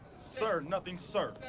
sir, nothing, sir.